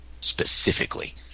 specifically